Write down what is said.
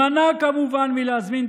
הפקרת נתב"ג לווריאנטים מכל העולם.